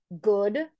good